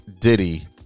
Diddy